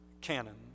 canon